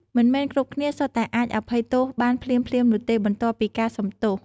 មិនមែនគ្រប់គ្នាសុទ្ធតែអាចអភ័យទោសបានភ្លាមៗនោះទេ បន្ទាប់ពីការសុំទោស។